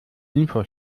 info